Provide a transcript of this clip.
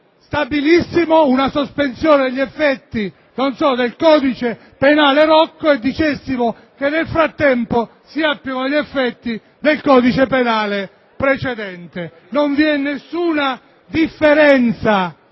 decidessimo una sospensione degli effetti del codice penale Rocco e stabilissimo che nel frattempo si attuano gli effetti del codice penale precedente. Non vi è alcuna differenza